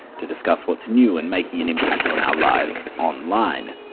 to discuss what's new and making an impact on our lives online.